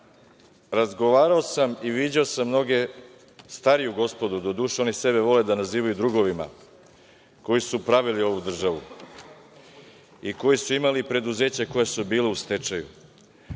razgovarao sam i viđao sam mnoge, stariju gospodu doduše, oni sebe vole da nazivaju drugovima, koji su pravili ovu državu i koji su imali preduzeća koja su bila u stečaju,